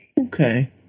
Okay